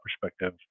perspective